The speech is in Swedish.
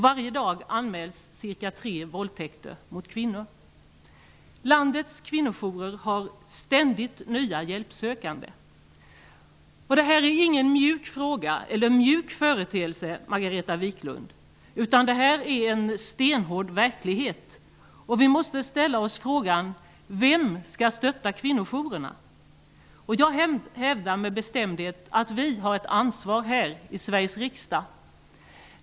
Varje dag anmäls ca 3 våldtäkter mot kvinnor. Landets kvinnojourer får ständigt nya hjälpsökande. Det här är ingen ''mjuk fråga'', ingen mjuk företeelse, Margareta Viklund, utan detta är en stenhård verklighet. Vi måste fråga: Vem skall stötta kvinnojourerna? Jag hävdar med bestämdhet att vi i Sveriges riksdag har ett ansvar.